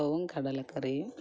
അപ്പവും കടലക്കറിയും